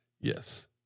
Yes